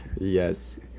Yes